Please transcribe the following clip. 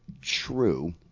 true –